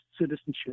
citizenship